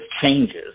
changes